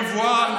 מבוהל,